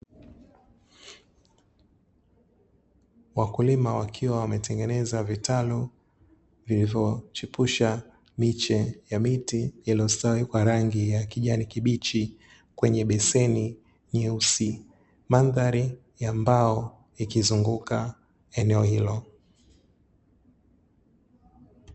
Wakulima wakiwa wametengeneza vitalu vilivyochipusha miche ya miti, iliyostawi kwa rangi ya kijani kibichi kwenye beseni nyeusi, madhari ya mbao ikizunguka eneo hilo.